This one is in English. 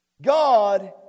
God